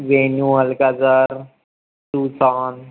venue Alcazar सुसॉन